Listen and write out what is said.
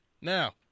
Now